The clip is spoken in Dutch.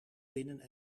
binnen